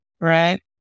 right